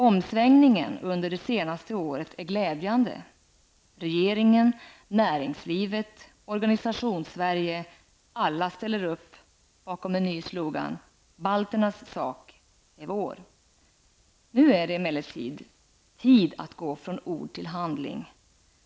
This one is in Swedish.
Omsvängningen under det senaste året är glädjande. Regeringen, näringslivet, organisationssverige -- alla ställer upp bakom en ny slogan -- 'Balternas sak är vår'. Nu är emellertid tid att gå från ord till handling.